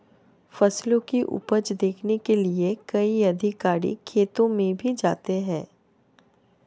फसलों की उपज देखने के लिए कई अधिकारी खेतों में भी जाते हैं